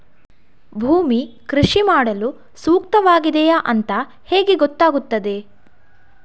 ಭೂಮಿ ಕೃಷಿ ಮಾಡಲು ಸೂಕ್ತವಾಗಿದೆಯಾ ಅಂತ ಹೇಗೆ ಗೊತ್ತಾಗುತ್ತದೆ?